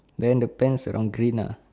then the pants around green lah